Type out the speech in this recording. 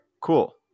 cool